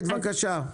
בבקשה.